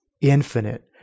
infinite